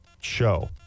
show